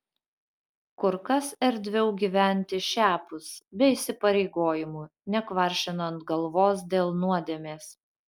kur kas erdviau gyventi šiapus be įsipareigojimų nekvaršinant galvos dėl nuodėmės